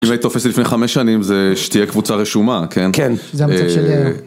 תופסת לפני חמש שנים זה שתהיה קבוצה רשומה, כן? כן, זה המצב שלי היום